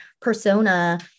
persona